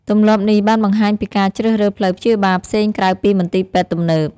ទម្លាប់នេះបានបង្ហាញពីការជ្រើសរើសផ្លូវព្យាបាលផ្សេងក្រៅពីមន្ទីរពេទ្យទំនើប។